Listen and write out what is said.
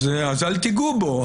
אל תיגעו בו.